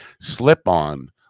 slip-on